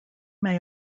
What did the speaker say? may